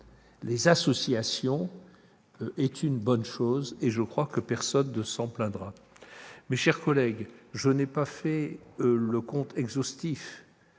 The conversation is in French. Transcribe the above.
les associations est une bonne chose, et je crois que personne ne s'en plaindra. Mes chers collègues, je n'ai pas fait le compte exhaustif